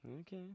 Okay